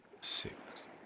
six